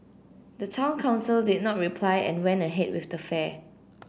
the town council did not reply and went ahead with the fair